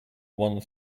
one